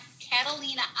Catalina